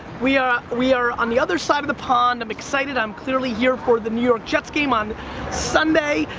we are, we are on the other side of the pond. i'm excited, i'm clearly here for the new york jets game on sunday,